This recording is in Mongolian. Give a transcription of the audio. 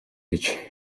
гэж